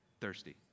thirsty